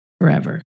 forever